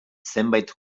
zenbait